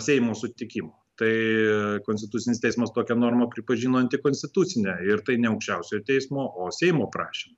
seimo sutikimo tai konstitucinis teismas tokią normą pripažino antikonstitucine ir tai ne aukščiausiojo teismo o seimo prašymu